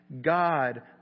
God